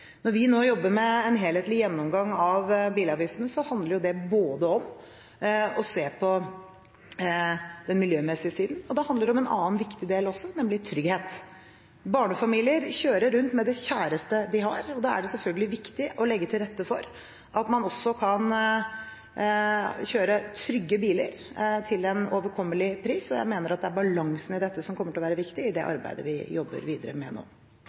Når vi nå jobber med en helhetlig gjennomgang av bilavgiftene, så handler det både om å se på den miljømessige siden og om en annen viktig ting, nemlig trygghet. Barnefamilier kjører rundt med det kjæreste de har, og da er det selvfølgelig viktig å legge til rette for at man kan kjøre trygge biler til en overkommelig pris. Så jeg mener at det er balansen i dette som kommer til å være viktig i arbeidet videre nå. Finansministeren var inne på rammevilkårene som norske selskaper for så vidt har. Vi